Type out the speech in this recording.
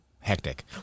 hectic